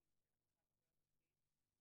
שלום, עורכת הדין הגר זוסמן